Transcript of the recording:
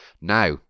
Now